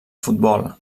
futbol